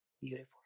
beautiful